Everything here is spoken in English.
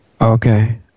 okay